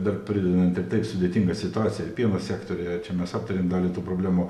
dar pridedant ir taip sudėtinga situacija pieno sektoriuje čia mes aptarėm dalį tų problemų